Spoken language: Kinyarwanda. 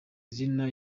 izina